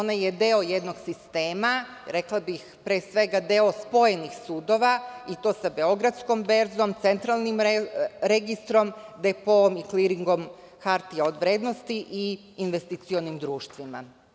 Ona je deo jednog sistema, rekla bih, pre svega, deo spojenih sudova i to sa Beogradskom berzom, Centralnim registrom, Depo kliringom hartija od vrednosti i investicionim društvima.